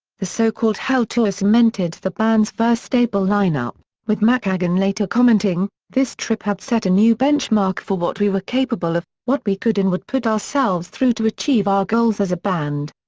the so-called hell tour cemented the band's first stable lineup, with mckagan later commenting, this trip had set a new benchmark for what we were capable of, what we could and would put ourselves through to achieve our goals as a band.